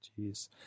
Jeez